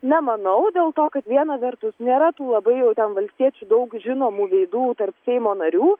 nemanau dėl to kad viena vertus nėra tų labai jau ten valstiečių daug žinomų veidų tarp seimo narių